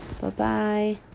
bye-bye